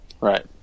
Right